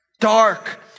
Dark